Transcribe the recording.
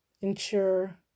ensure